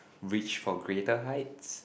reach for greater heights